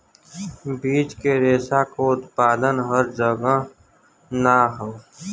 बीज के रेशा क उत्पादन हर जगह ना हौ